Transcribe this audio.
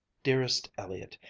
dearest elliott,